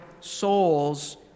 souls